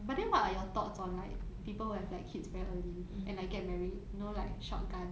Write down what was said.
ya but then what are your thoughts on like people who have like kids very early and like get married you know like shotgun